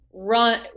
run